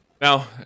Now